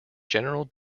general